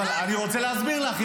אבל אני רוצה להסביר לך.